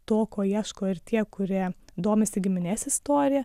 to ko ieško ir tie kurie domisi giminės istorija